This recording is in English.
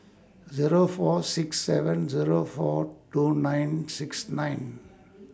Zero four six seven Zero four two nine six nine